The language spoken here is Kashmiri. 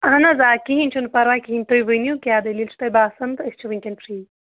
اہن حظ آ کِہیٖنۍ چھُنہٕ پَراوے کِہیٖنۍ تُہۍ ؤنِو کیاہ دٔلیٖل چھِ تۄہہِ باسان تہٕ أسۍ چھِ وٕنکٮ۪ن فِرٛی